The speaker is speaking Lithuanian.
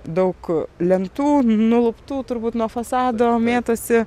daug lentų nuluptų turbūt nuo fasado mėtosi